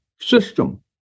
system